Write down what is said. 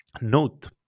note